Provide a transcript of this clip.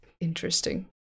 Interesting